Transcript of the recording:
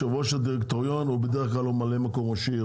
יושב ראש הדירקטוריון הוא בדרך כלל ממלא מקום ראש עיר,